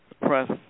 Press